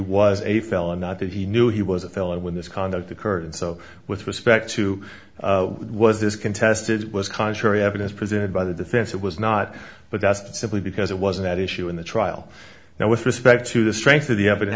was a felon not that he knew he was a felon when this conduct occurred and so with respect to what was this contest it was contrary evidence presented by the defense it was not but that's simply because it wasn't at issue in the trial now with respect to the strength of the evidence